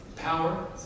power